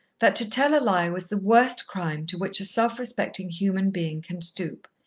that to tell a lie was the worst crime to which a self-respecting human being can stoop.